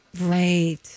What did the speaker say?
Right